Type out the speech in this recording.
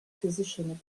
physician